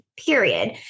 period